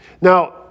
Now